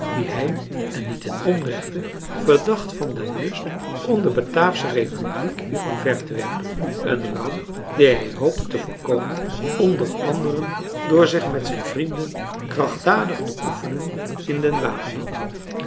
die hij en niet ten onrechte verdacht van den lust om de bataafsche republiek weer omver te werpen een ramp die hij hoopte te voorkomen onder anderen door zich met zijn vrienden krachtdadig te oefenen in den